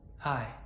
Hi